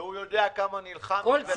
והוא יודע כמה נלחמתי.